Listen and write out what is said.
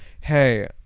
hey